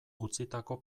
utzitako